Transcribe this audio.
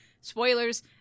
spoilers